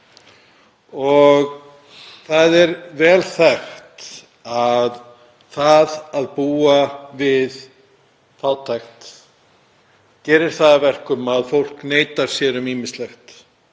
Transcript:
Það er vel þekkt að það að búa við fátækt gerir það að verkum að fólk neitar sér um ýmislegt,